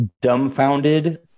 dumbfounded